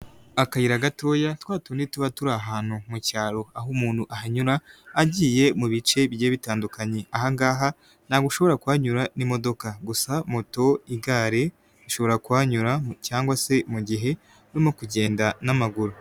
Akayira gatoya twa tundi tuba turiahantu mu cyaro, aho umuntu ahanyura agiye mu bice bigiye bitandukanye. Ahangaha ntabwo ushobora kuhanyura n'imodoka, gusa moto, igare bishobora kuhanyura cyangwa se mu mugihe urimo kugenda n'amaguru.